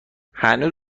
هنوز